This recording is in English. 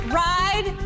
ride